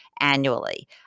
Annually